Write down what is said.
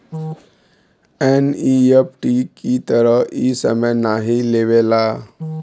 NEFT की तरह इ समय नाहीं लेवला